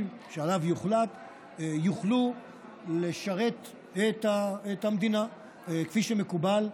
שעליו יוחלט יוכלו לשרת את המדינה כפי שמקובל,